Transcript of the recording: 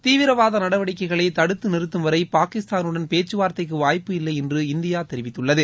தீவிரவாத நடவடிக்கைகளை தடுத்து நிறுத்தும் வரை பாகிஸ்தானுடன் பேச்சு வார்த்தைக்கு வாய்ப்பு இல்லை என்று இந்தியா தெரிவித்துள்ளது